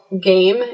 game